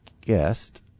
guest